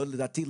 לדעתי,